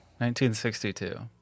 1962